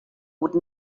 would